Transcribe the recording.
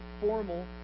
formal